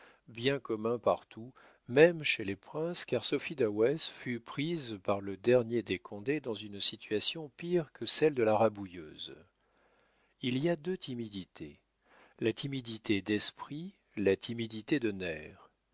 bien communs partout même chez les princes car sophie dawes fut prise par le dernier des condé dans une situation pire que celle de la rabouilleuse il y a deux timidités la timidité d'esprit la timidité de nerfs